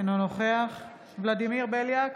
אינו נוכח ולדימיר בליאק,